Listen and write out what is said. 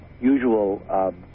usual